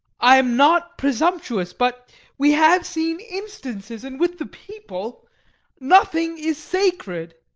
i am not presumptuous, but we have seen instances and with the people nothing is sacred.